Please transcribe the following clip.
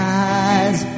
eyes